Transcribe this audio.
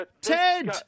Ted